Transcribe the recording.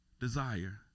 desire